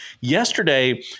yesterday